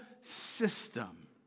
system